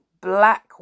black